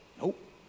Nope